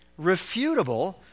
refutable